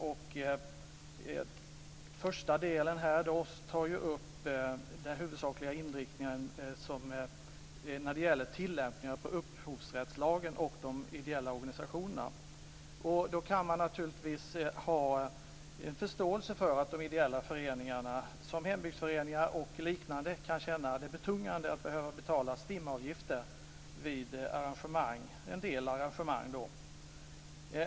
Den första delen tar upp den huvudsakliga inriktningen när det gäller tillämpningen av upphovsrättslagen och de ideella organisationerna. Man kan naturligtvis ha en förståelse för att de ideella föreningarna, såsom hembygdsföreningar och liknande, kan känna det betungande att behöva betala STIM avgifter vid en del arrangemang.